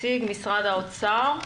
נציג משרד האוצר.